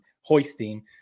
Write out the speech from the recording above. hoisting